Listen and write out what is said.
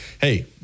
hey